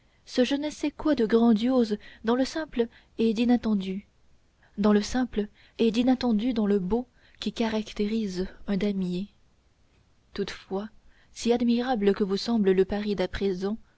ce je ne sais quoi de grandiose dans le simple et d'inattendu dans le beau qui caractérise un damier toutefois si admirable que vous semble le paris d'à présent